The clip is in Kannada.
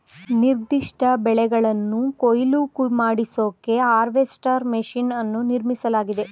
ನಿರ್ದಿಷ್ಟ ಬೆಳೆಗಳನ್ನು ಕೊಯ್ಲು ಮಾಡಿಸೋಕೆ ಹಾರ್ವೆಸ್ಟರ್ ಮೆಷಿನ್ ಅನ್ನು ನಿರ್ಮಿಸಲಾಗಿದೆ